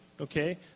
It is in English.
okay